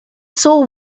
saw